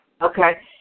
Okay